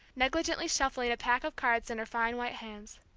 negligently shuffling a pack of cards in her fine white hands.